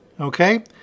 Okay